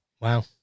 wow